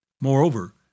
Moreover